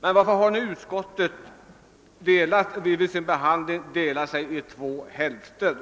Men varför har nu utskottet vid sin behandling delat sig i två hälfter?